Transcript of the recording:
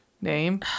name